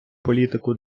політику